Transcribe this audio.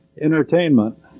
entertainment